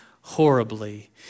horribly